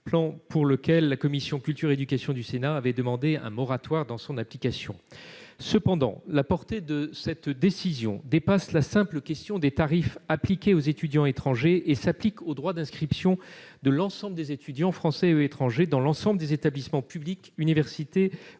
la culture, de l'éducation et de la communication du Sénat avait demandé un moratoire. Cependant, la portée de cette décision dépasse la simple question des tarifs appliqués aux étudiants étrangers et s'applique aux droits d'inscription de l'ensemble des étudiants, français et étrangers, dans l'ensemble des établissements publics, universités